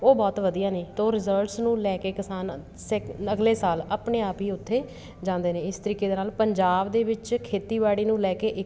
ਉਹ ਬਹੁਤ ਵਧੀਆ ਨੇ ਤਾਂ ਉਹ ਰਿਜ਼ਲਟਸ ਨੂੰ ਲੈ ਕੇ ਕਿਸਾਨ ਸੈਕ ਅਗਲੇ ਸਾਲ ਆਪਣੇ ਆਪ ਹੀ ਉੱਥੇ ਜਾਂਦੇ ਨੇ ਇਸ ਤਰੀਕੇ ਦੇ ਨਾਲ ਪੰਜਾਬ ਦੇ ਵਿੱਚ ਖੇਤੀਬਾੜੀ ਨੂੰ ਲੈ ਕੇ ਇੱਕ